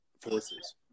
forces